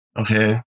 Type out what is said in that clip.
Okay